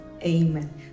Amen